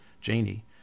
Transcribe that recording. Janie